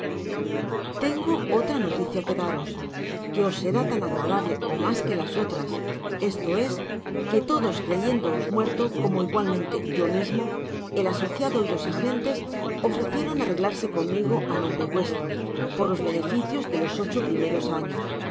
tengo otra noticia que daros que os será tan agradable ó mas que las otras esto es que todos creyéndoos muerto como igualmente yo mismo el asociado y los agentes ofrecieron arreglarse conmigo á nombre vuestro por los beneficios de los ocho años